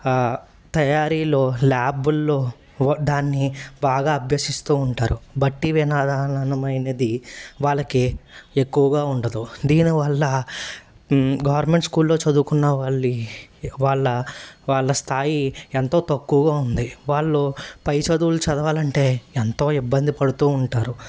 తయారీలో ల్యాబుల్లో దాన్ని బాగా అభ్యసిస్తూ ఉంటారు బట్టి విధానమైనది వాళ్ళకి ఎక్కువగా ఉండదు దీనివల్ల గవర్నమెంట్ స్కూల్లో చదువుకున్న వాళ్ళి వాళ్ళ వాళ్ళ స్థాయి ఎంతో తక్కువగా ఉంది వాళ్ళు పై చదువులు చదవాలంటే ఎంతో ఇబ్బంది పడుతూ ఉంటారు